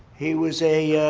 he was a ah